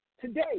today